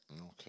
Okay